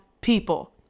people